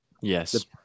Yes